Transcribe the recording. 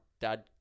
dad